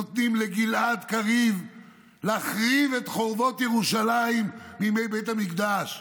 נותנים לגלעד קריב להחריב את חומות ירושלים מימי בית המקדש.